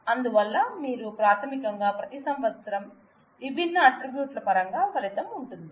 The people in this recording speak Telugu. అందువల్ల మీకు ప్రాథమికంగా ప్రతి సంవత్సరం విభిన్న ఆట్రిబ్యూట్ ల పరంగా ఫలితం ఉంటుంది